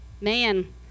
Man